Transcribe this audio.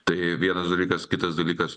tai vienas dalykas kitas dalykas